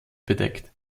bedeckt